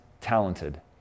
talented